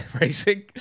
racing